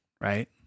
right